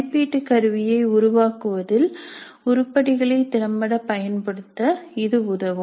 மதிப்பீட்டு கருவியை உருவாக்குவதில் உருப்படிகளை திறம்பட பயன்படுத்த இது உதவும்